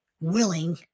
willing